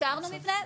איתרנו מבנה,